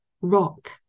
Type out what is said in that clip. rock